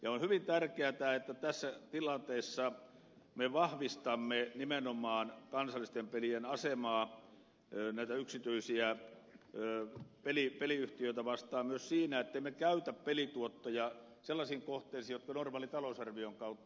ja on hyvin tärkeätä että tässä tilanteessa me vahvistamme nimenomaan kansallisten pelien asemaa näitä yksityisiä peliyhtiöitä vastaan myös siinä että emme käytä pelituottoja sellaisiin kohteisiin jotka rahoitetaan normaalin talousarvion kautta